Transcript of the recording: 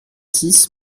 six